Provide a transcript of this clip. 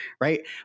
right